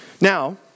Now